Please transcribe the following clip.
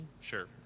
sure